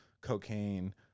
cocaine